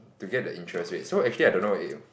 to get the interest rates so actually I don't know if